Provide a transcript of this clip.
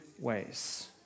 ways